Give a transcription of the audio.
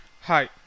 Hi